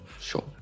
Sure